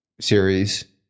series